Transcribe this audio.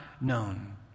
known